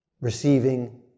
receiving